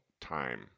time